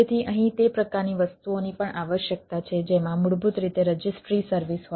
તેથી અહીં તે પ્રકારની વસ્તુઓની પણ આવશ્યકતા છે જેમાં મૂળભૂત રીતે રજિસ્ટ્રી સર્વિસ હોય